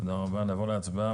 תודה רבה, נעבור להצבעה.